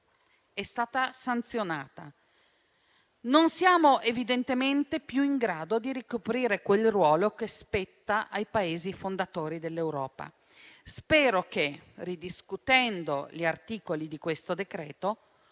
criticata e sanzionata. Non siamo evidentemente più in grado di ricoprire quel ruolo che spetta ai Paesi fondatori dell'Europa. Spero che, ridiscutendo gli articoli di questo decreto,